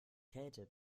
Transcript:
kälte